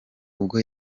ubwo